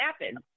happen